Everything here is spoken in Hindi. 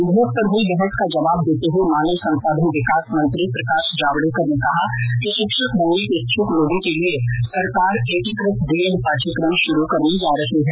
विधेयक पर हुई बहस का जवाब देते हुए मानव संसाधन विकास मंत्री प्रकाश जावड़ेकर ने कहा कि शिक्षक बनने के इच्छक लोगों के लिए सरकार एकीकृत बी एड पाठ्यक्रम शुरू करने जा रही है